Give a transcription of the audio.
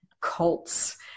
cults